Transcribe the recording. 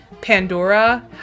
Pandora